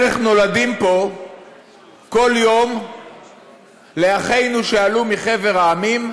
נולדים פה בערך כל יום לאחינו שעלו מחבר המדינות